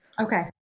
Okay